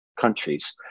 countries